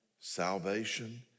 salvation